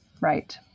Right